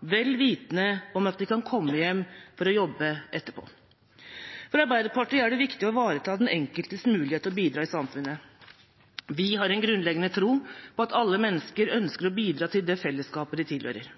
vel vitende om at de kan komme hjem for å jobbe etterpå. For Arbeiderpartiet er det viktig å ivareta den enkeltes mulighet til å bidra i samfunnet. Vi har en grunnleggende tro på at alle mennesker ønsker å bidra til det fellesskapet de tilhører,